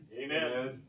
Amen